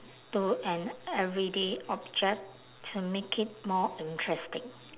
to an everyday object to make it more interesting